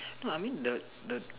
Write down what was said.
no I mean the the